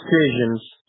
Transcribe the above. decisions